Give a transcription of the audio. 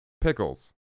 pickles